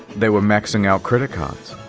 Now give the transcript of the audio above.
they were maxing out credit cards,